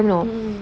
mmhmm